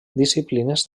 disciplines